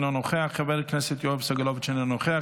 אינו נוכח,